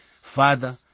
Father